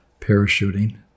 parachuting